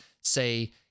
say